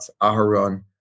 Aharon